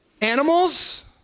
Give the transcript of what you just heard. animals